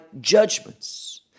judgments